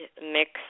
mix